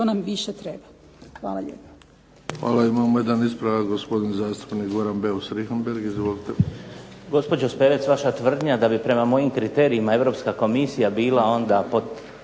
nam više treba. Hvala lijepa.